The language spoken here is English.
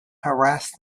harass